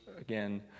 again